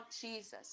Jesus